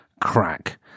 crack